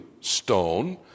stone